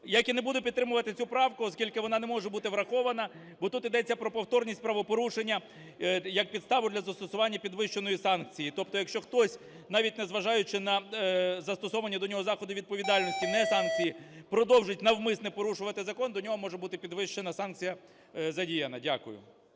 як і не буду підтримувати цю правку, оскільки вона не може бути врахована, бо тут йдеться про повторність правопорушення як підставу для застосування підвищеної санкції. Тобто, якщо хтось, навіть незважаючи на застосовані до нього заходи відповідальності, не санкції, продовжить навмисне порушувати закон, до нього може бути підвищена санкція задіяна. Дякую.